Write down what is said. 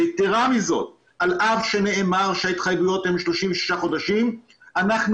יתרה מזאת אף על פי שנאמר שההתחייבויות הן ל-36 חודשים אנחנו